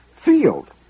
field